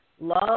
love